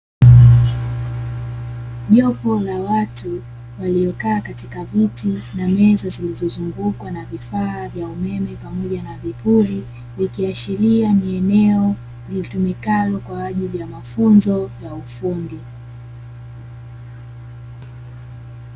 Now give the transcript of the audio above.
Jopo la watu waliokaa katika viti na meza zilizozungukwa na vifaa vya umeme pamoja na vipuli, ikiashiria ni eneo litumikalo kwaajili ya mafunzo ya fundi.